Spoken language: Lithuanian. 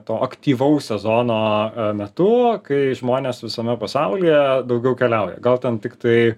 to aktyvaus sezono metu kai žmonės visame pasaulyje daugiau keliauja gal ten tiktai